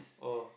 oh